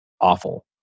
awful